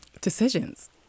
Decisions